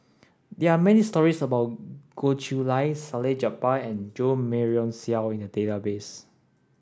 there are stories about Goh Chiew Lye Salleh Japar and Jo Marion Seow in the database